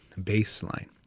baseline